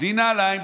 בלי נעליים,